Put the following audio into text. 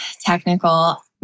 technical